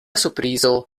surprizo